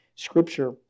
scripture